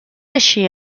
així